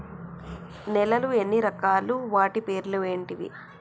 నేలలు ఎన్ని రకాలు? వాటి పేర్లు ఏంటివి?